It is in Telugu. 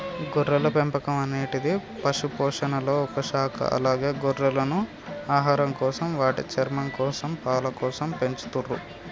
గొర్రెల పెంపకం అనేటిది పశుపోషణలొ ఒక శాఖ అలాగే గొర్రెలను ఆహారంకోసం, వాటి చర్మంకోసం, పాలకోసం పెంచతుర్రు